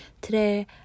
today